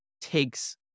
takes